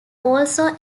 also